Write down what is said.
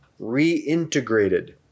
reintegrated